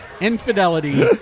Infidelity